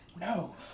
no